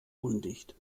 undicht